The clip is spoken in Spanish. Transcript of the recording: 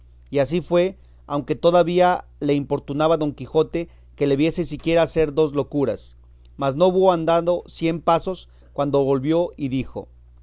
y así se fue aunque todavía le importunaba don quijote que le viese siquiera hacer dos locuras mas no hubo andado cien pasos cuando volvió y dijo